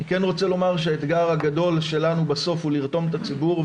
אני כן רוצה לומר שהאתגר הגדול שלנו בסוף הוא לרתום את הציבור,